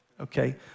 okay